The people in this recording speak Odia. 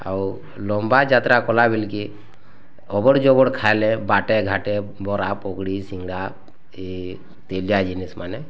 ଆଉ ଲମ୍ୱା ଯାତ୍ରା କଲା ବେଲି କି ଅବଡ଼ ଜବଡ଼ ଖାଇଲେ ବାଟେ ଘାଟେ ବରା ପକୁଡ଼ି ସିଙ୍ଗଡ଼ା ଏ ତେଲିଆ ଜିନିଷ୍ ମାନେ